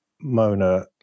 Mona